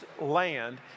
land